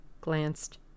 glanced